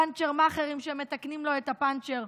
פנצ'ר מאכערים שמתקנים לו את הפנצ'ר,